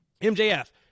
MJF